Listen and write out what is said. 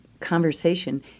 conversation